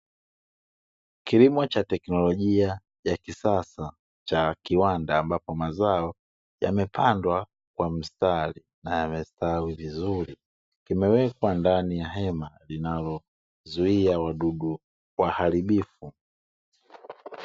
Kilimo cha teknolojia ya kisasa cha kiwanda ambapo mazao, yamepandwa kwa mstari na amestawi vizuri kimewekwa ndani ya hema linalozuia wadugu waharibifu.